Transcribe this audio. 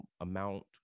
amount